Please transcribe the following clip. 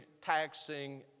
taxing